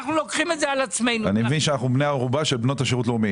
אני מבין שאנחנו בני ערובה של בנות השירות הלאומי.